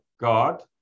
God